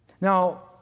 Now